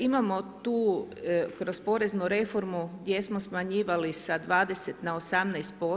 Imamo tu kroz poreznu reformu gdje smo smanjivali da 20 na 18%